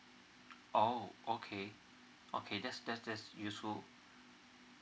oh okay okay that's that's that's useful